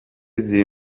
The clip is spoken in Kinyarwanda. ziri